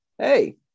Hey